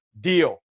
deal